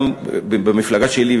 גם במפלגה שלי,